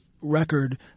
record